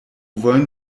wollen